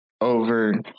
over